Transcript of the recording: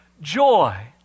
joy